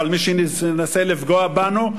אבל מי שמנסה לפגוע בנו,